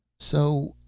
so,